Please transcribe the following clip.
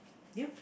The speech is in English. you